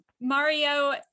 Mario